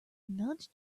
nudge